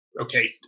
okay